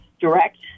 direct